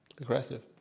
Aggressive